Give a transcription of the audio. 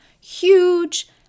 huge